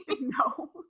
No